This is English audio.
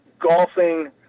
golfing